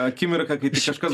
akimirką kaip tik kažkas